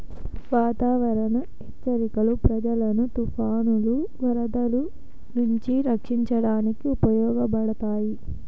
వాతావరణ హెచ్చరికలు ప్రజలను తుఫానులు, వరదలు నుంచి రక్షించడానికి ఉపయోగించబడతాయి